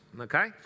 okay